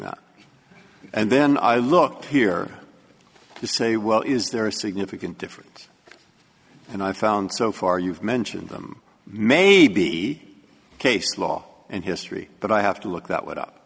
that and then i look here to say well is there a significant difference and i've found so far you've mentioned them may be case law and history but i have to look that